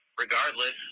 Regardless